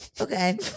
Okay